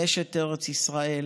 מאשת ארץ ישראל,